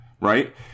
right